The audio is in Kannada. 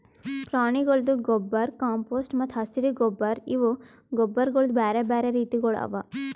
ಪ್ರಾಣಿಗೊಳ್ದು ಗೊಬ್ಬರ್, ಕಾಂಪೋಸ್ಟ್ ಮತ್ತ ಹಸಿರು ಗೊಬ್ಬರ್ ಇವು ಗೊಬ್ಬರಗೊಳ್ದು ಬ್ಯಾರೆ ಬ್ಯಾರೆ ರೀತಿಗೊಳ್ ಅವಾ